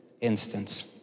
instance